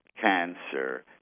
cancer